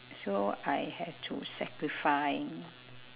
so I had to sacrifice